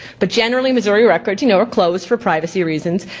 but generally missouri records, you know, are closed for privacy reasons.